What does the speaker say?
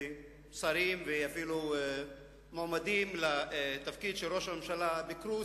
שרים ואפילו מועמדים לתפקיד של ראש הממשלה ביקרו,